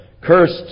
Cursed